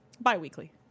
bi-weekly